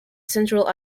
central